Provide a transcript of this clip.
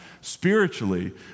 Spiritually